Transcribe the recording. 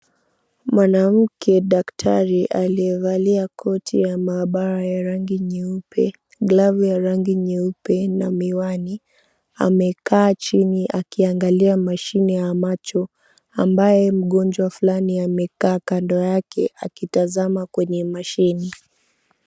Mwanamke daktari aliyevalia koti la maabara ya rangi nyeupe, glavu ya rangi nyeupe na miwani, amekaa chini akiangalia mashine ya macho, ambaye mgonjwa flani amekaa kando yake akitazama kwenye mashini.